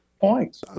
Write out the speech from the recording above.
points